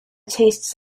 tastes